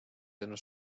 tänu